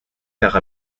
faire